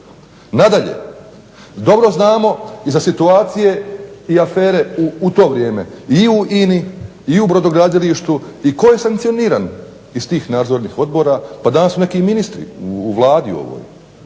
Nadalje, dobro znamo i za situacije i afere u to vrijeme i u INA-i i u Brodogradilištu i tko je sankcioniran iz tih nadzornih odbora? Pa danas su neki i ministri u Vladi ovoj.